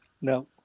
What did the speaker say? No